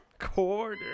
quarter